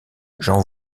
j’en